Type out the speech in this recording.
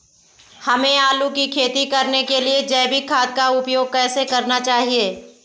हमें आलू की खेती करने के लिए जैविक खाद का उपयोग कैसे करना चाहिए?